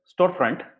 storefront